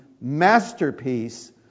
masterpiece